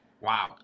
Wow